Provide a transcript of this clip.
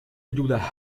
ayuda